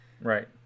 Right